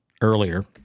earlier